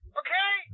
okay